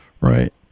Right